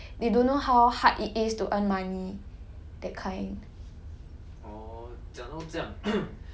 ya I don't see a purpose lah maybe cause like they don't know how hard it is to earn money that kind